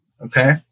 okay